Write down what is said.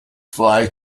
fly